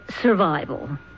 survival